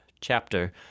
chapter